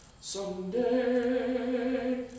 someday